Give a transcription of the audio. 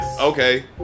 Okay